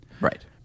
Right